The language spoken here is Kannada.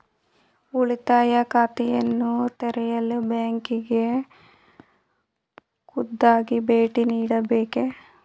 ಉಳಿತಾಯ ಖಾತೆಯನ್ನು ತೆರೆಯಲು ಬ್ಯಾಂಕಿಗೆ ಖುದ್ದಾಗಿ ಭೇಟಿ ನೀಡಬೇಕೇ?